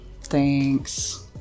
Thanks